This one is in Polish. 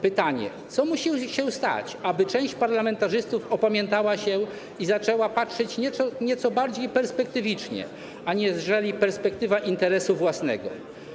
Pytanie, co musi się stać, aby część parlamentarzystów opamiętała się i zaczęła patrzeć nieco bardziej perspektywicznie aniżeli perspektywa interesu własnego.